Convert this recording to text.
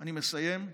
אני מסיים.